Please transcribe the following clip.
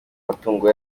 matungo